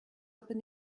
open